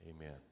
Amen